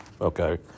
Okay